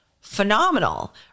phenomenal